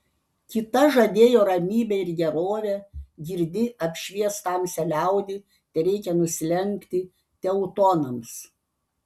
kita žadėjo ramybę ir gerovę girdi apšvies tamsią liaudį tereikia nusilenkti teutonams